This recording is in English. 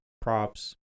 props